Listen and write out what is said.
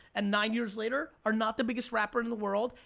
and nine years later are not the biggest rapper in the world,